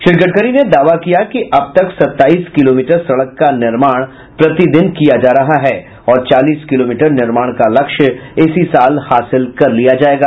श्री गडकरी ने दावा किया कि अब तक सत्ताईस किलोमीटर सड़क का निर्माण प्रति दिन किया जा रहा है और चालीस किलोमीटर निर्माण का लक्ष्य इसी साल हासिल कर लिया जाएगा